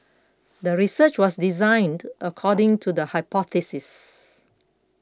the research was designed according to the hypothesis